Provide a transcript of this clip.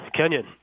kenyan